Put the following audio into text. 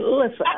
listen